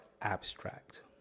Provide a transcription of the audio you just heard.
abstract